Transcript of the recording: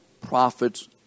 prophets